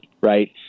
right